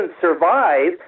survive